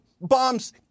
Bombs